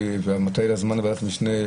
מתי יהיה זמן לוועדת המשנה?